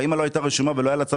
האימא לא הייתה רשומה ולא היה לה צו